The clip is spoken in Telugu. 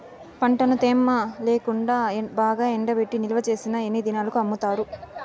పంటను తేమ లేకుండా బాగా ఎండబెట్టి నిల్వచేసిన ఎన్ని దినాలకు అమ్ముతారు?